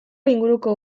inguruko